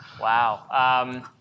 Wow